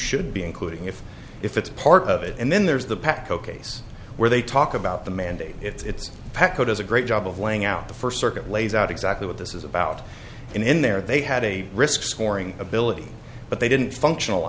should be including if if it's part of it and then there's the pac ok's where they talk about the mandate it's pepco does a great job of laying out the first circuit lays out exactly what this is about and in there they had a risk scoring ability but they didn't functional